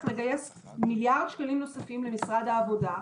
לגייס מיליארד שקלים נוספים למשרד העבודה,